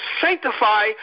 sanctify